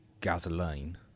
gasoline